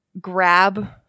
grab